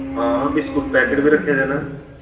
हां biscuit packet बी रक्खे दे न